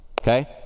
Okay